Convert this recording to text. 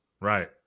Right